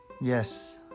Yes